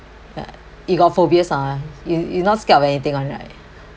(uh)you got phobias ah you you not scared of anything [one] right